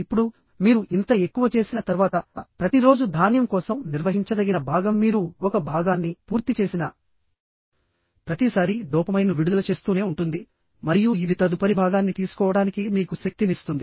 ఇప్పుడు మీరు ఇంత ఎక్కువ చేసిన తర్వాత ప్రతి రోజు ధాన్యం కోసం నిర్వహించదగిన భాగం మీరు ఒక భాగాన్ని పూర్తి చేసిన ప్రతిసారీ డోపమైన్ను విడుదల చేస్తూనే ఉంటుంది మరియు ఇది తదుపరి భాగాన్ని తీసుకోవడానికి మీకు శక్తినిస్తుంది